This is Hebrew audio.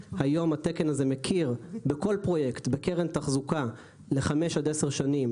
היום התקן הזה מכיר בכל פרויקט בקרן תחזוקה לחמש עד עשר שנים,